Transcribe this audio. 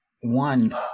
one